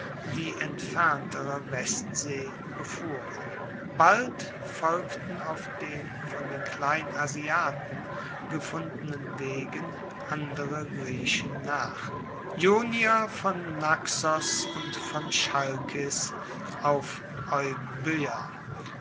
die entferntere westsee befuhren bald folgten auf den von den kleinasiaten gefundenen wegen andere griechen nach ionier von naxos und von chalkis auf